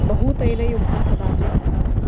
बहुतैलयुक्तं तदासीत्